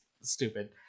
stupid